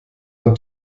man